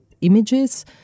images